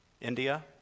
India